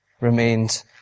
remained